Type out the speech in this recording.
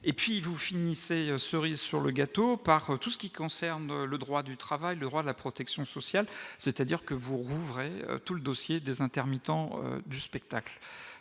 et puis vous finissez cerise sur le gâteau par tout ce qui concerne le droit du travail, le droit à la protection sociale, c'est-à-dire que vous rouvrez tout le dossier des intermittents du spectacle